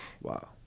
Wow